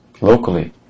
locally